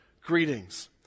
Greetings